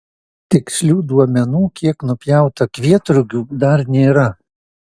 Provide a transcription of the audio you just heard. tikslių duomenų kiek nupjauta kvietrugių dar nėra